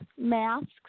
masks